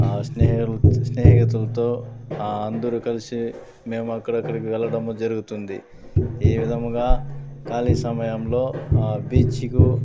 స్నేహుల్ స్నేహితుల్తో అందరు కలిసి మేము అక్కడక్కడికి వెళ్ళడం జరుగుతుంది ఈ విధముగా ఖాళీ సమయంలో బీచ్కు